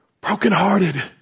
brokenhearted